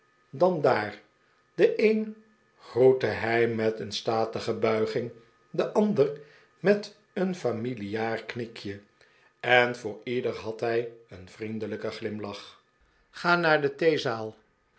dan daar den een groette hij met een statige buiging den ander met een familiaar knikje en voor ieder had hij een vriendelijken glimlach ga naar de